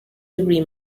degree